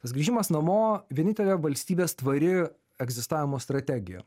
tas grįžimas namo vienintelė valstybės tvari egzistavimo strategija